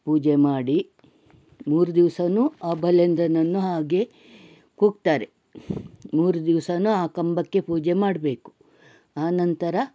ಪೂಜೆ ಮಾಡಿ ಮೂರು ದಿವಸನೂ ಆ ಬಲೀಂದ್ರನನ್ನು ಹಾಗೆ ಕೂಗ್ತಾರೆ ಮೂರು ದಿವಸನೂ ಆ ಕಂಬಕ್ಕೆ ಪೂಜೆ ಮಾಡಬೇಕು ಆ ನಂತರ